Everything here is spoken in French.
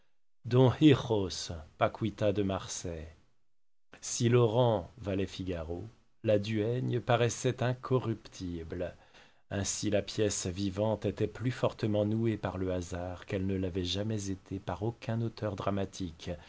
paquita de marsay si laurent valait figaro la duègne paraissait incorruptible ainsi la pièce vivante était plus fortement nouée par le hasard qu'elle ne l'avait jamais été par aucun auteur dramatique